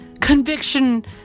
conviction